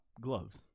gloves